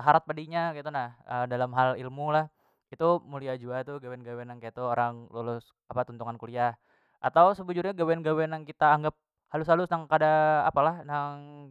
harat pada inya ketu na dalam hal ilmu lah itu mulia jua tu gawian- gawian nang ketu orang lulus apa tuntungan kuliah atau sebujurnya gawian- gawian nang kita anggap halus- halus nang kada apa lah nang.